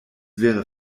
wäre